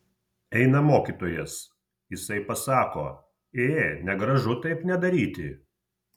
eina mokytojas jisai pasako ė negražu taip nedaryti